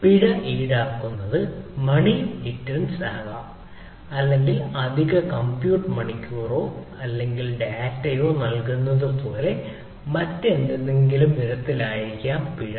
പിഴ ഈടാക്കുന്നത് മണി ഡിറ്റൻറ്സ് നൽകുന്നതുപോലെയോ അല്ലെങ്കിൽ മറ്റേതെങ്കിലും വിധത്തിലോ ആയിരിക്കാം പിഴ